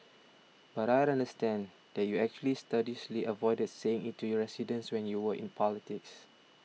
but I understand that you actually studiously avoided saying it to your residents when you were in politics